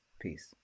Peace